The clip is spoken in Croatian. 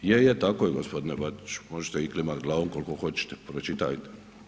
Je, je tako je g. Bačiću, možete i klimat glavom koliko hoćete, pročitajte.